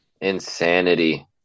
Insanity